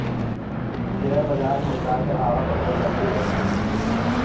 share बजार म उतार चढ़ाव ह बरोबर लगे ही रहिथे